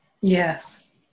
Yes